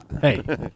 hey